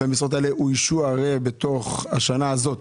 המשרות האלה אוישו בתוך השנה הזאת,